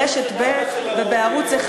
ברשת ב' ובערוץ 1,